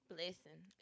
Blessing